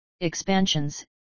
expansions